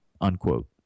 unquote